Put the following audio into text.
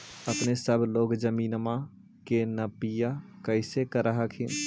अपने सब लोग जमीनमा के नपीया कैसे करब हखिन?